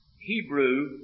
Hebrew